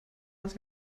was